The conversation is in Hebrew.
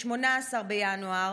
18 בינואר,